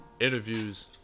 interviews